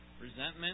resentment